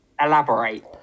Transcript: Elaborate